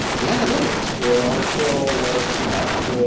the analytics are still pretty much